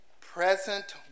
Present